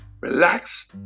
relax